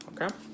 okay